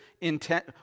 intent